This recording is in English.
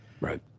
Right